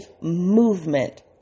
movement